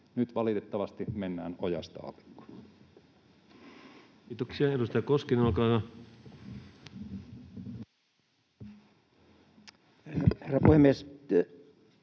Nyt valitettavasti mennään ojasta allikkoon. Kiitoksia. — Edustaja Koskinen, olkaa hyvä. Herra puhemies!